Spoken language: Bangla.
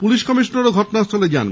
পুলিশ কমিশনার ঘটনাস্থলে যান